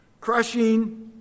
crushing